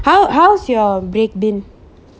how how's your break then